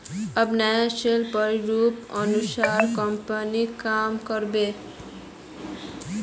अब नया सेल्स प्रतिरूपेर अनुसार कंपनी काम कर बे